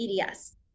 EDS